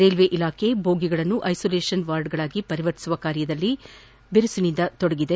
railway ಇಲಾಖೆ ಬೋಗಿಗಳನ್ನು isolation ವಾರ್ಡ್ಗಳಾಗಿ ಪರಿವರ್ತಿಸುವ ಕಾರ್ಯದಲ್ಲಿ ನಿರತವಾಗಿವೆ